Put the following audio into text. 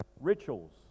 rituals